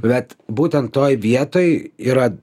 bet būtent toj vietoj yra